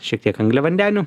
šiek tiek angliavandenių